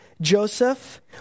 Joseph